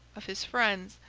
of his friends,